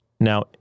Now